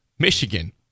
Michigan